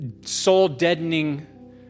soul-deadening